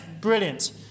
brilliant